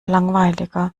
langweiliger